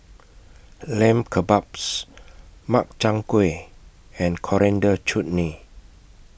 Lamb Kebabs Makchang Gui and Coriander Chutney